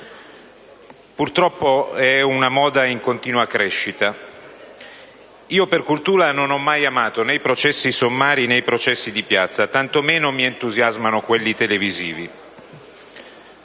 Purtroppo è una moda in continua crescita. Io per cultura non ho mai amato né i processi sommari né i processi di piazza, e tanto meno mi entusiasmano quelli televisivi,